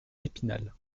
épinal